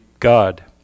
God